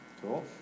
Cool